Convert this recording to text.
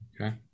Okay